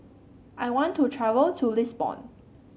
I want to travel to Lisbon